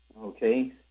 okay